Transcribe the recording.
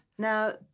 Now